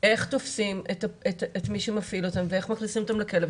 איך תופסים את מי שמפעיל אותם ואיך מכניסים אותם לכלא.